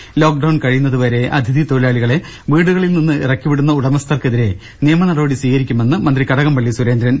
ത ലോക്ഡൌൺ കഴിയുന്നത് വരെ അതിഥി തൊഴിലാളികളെ വീടുകളിൽ നിന്ന് ഇറക്കിവിടുന്ന ഉടമസ്ഥർക്കെതിരെ നിയമ നടപടി സ്വീകരിക്കുമെന്ന് മന്ത്രി കടകംപള്ളി സുരേന്ദ്രൻ